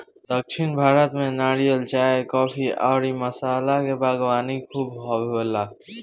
दक्षिण भारत में नारियल, चाय, काफी अउरी मसाला के बागवानी खूब होला